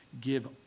give